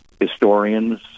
historians